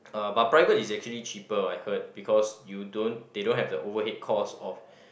uh but private is actually cheaper I heard because you don't they don't have the overhead cost of